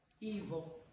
evil